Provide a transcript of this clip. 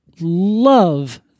love